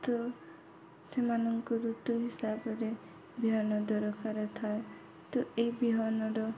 ତ ସେମାନଙ୍କୁ ଋତୁ ହିସାବରେ ବିହନ ଦରକାର ଥାଏ ତ ଏହି ବିହନର